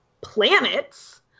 planets